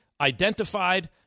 identified